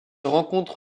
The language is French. rencontre